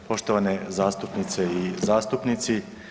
Poštovane zastupnice i zastupnici.